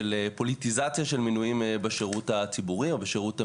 של פוליטיזציה של מינויים בשירות הציבורי או בשירות המדינה,